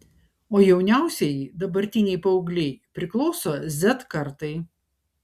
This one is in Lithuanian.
o jauniausieji dabartiniai paaugliai priklauso z kartai